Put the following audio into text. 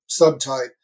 subtype